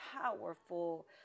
powerful